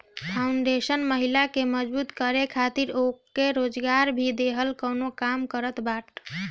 foundation महिला के मजबूत करे खातिर उनके रोजगार भी देहला कअ काम करत बाटे